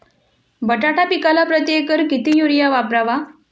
बटाटा पिकाला प्रती एकर किती युरिया वापरावा?